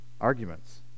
arguments